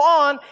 on